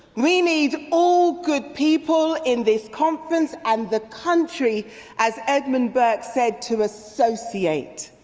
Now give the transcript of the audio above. we need all good people in this conference and the country as edmund burk said to associate